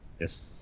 yes